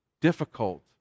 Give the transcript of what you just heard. difficult